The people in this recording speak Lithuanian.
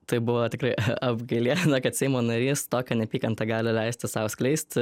tai buvo tikrai apgailėtina kad seimo narys tokią neapykantą gali leisti sau skleisti